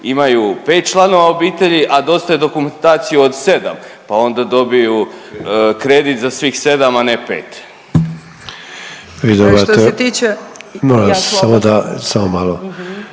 imaju 5 članova obitelji, a dostave dokumentaciju od 7, pa onda dobiju kredit za svih 7, a ne 5.